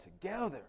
together